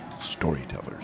storytellers